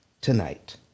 tonight